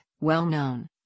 well-known